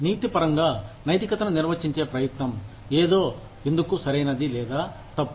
నీతి పరంగా నైతికతను నిర్వచించే ప్రయత్నం ఏదో ఎందుకూ సరైనది లేదా తప్పు